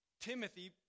Timothy